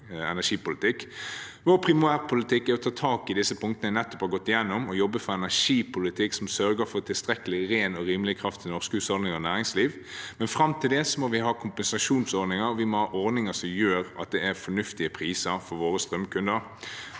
Vår primærpolitikk er å ta tak i disse punktene jeg nettopp har gått igjennom, og jobbe for en energipolitikk som sørger for tilstrekkelig ren og rimelig kraft til norske husholdninger og næringsliv. Fram til det må vi ha kompensasjonsordninger, og vi må ha ordninger som gjør at det er fornuftige priser for våre strømkunder.